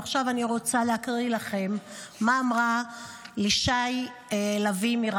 ועכשיו אני רוצה להקריא לכם מה אמרה לישי לביא-מירן,